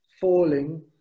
falling